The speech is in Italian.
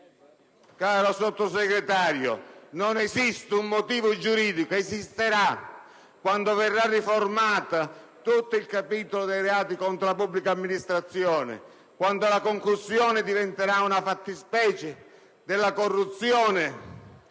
caro Sottosegretario. Esisterà quando verrà riformato tutto il capitolo dei reati contro la pubblica amministrazione, quando la concussione diventerà una fattispecie della corruzione